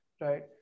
right